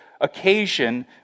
occasion